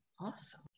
Awesome